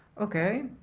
okay